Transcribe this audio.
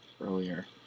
earlier